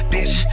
Bitch